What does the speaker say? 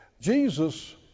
Jesus